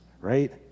right